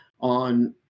on